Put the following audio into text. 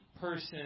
person